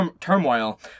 turmoil